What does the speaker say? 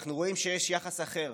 אנחנו רואים שיש יחס אחר